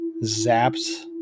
zaps